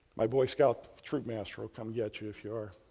my boy scout troop master will come get you if you are.